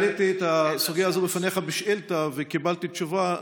העליתי את הסוגיה הזאת בפניך בשאילתה וקיבלתי תשובה.